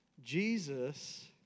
Jesus